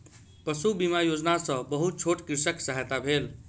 पशु बीमा योजना सॅ बहुत छोट कृषकक सहायता भेल